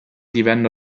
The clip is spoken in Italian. divenne